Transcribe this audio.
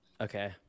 Okay